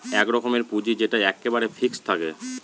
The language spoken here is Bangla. এক রকমের পুঁজি যেটা এক্কেবারে ফিক্সড থাকে